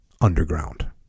underground